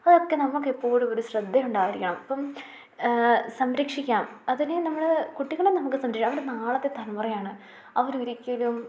അതൊക്കെ നമുക്കെപ്പോഴും ഒരു ശ്രദ്ധയുണ്ടായിരിക്കണം അപ്പം സംരക്ഷിക്കാം അതിനെ നമ്മൾ കുട്ടികളെ നമുക്ക് അവർ നാളത്തെ തലമുറയാണ് അവരൊരിക്കലും